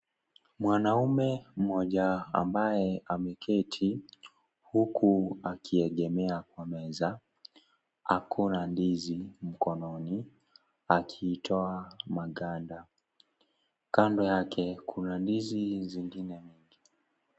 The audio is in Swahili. Mwanaume mmoja ambaye ameketi huku akiegemea kwa meza ako na ndizi mkononi akitoa maganda kando yake kuna ndizi zingine mingi.